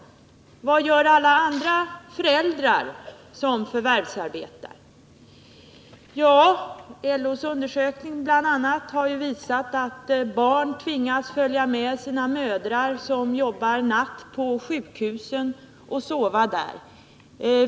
Vad gör alla andra föräldrar som förvärvsarbetar? LO:s undersökning har visat att barn tvingas följa med sina mödrar som jobbar på natten på sjukhus och sova där.